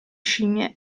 scimmie